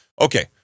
Okay